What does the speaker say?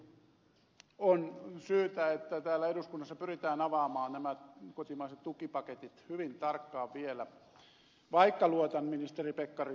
siksi on syytä että täällä eduskunnassa pyritään avaamaan nämä kotimaiset tukipaketit hyvin tarkkaan vielä vaikka luotan ministeri pekkariseen